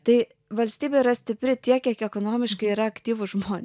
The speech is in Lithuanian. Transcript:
tai valstybė yra stipri tiek kiek ekonomiškai yra aktyvūs žmonė